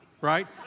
right